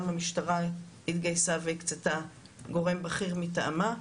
גם המשטרה התגייסה והקצתה גורם בכיר מטעמה.